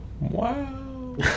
wow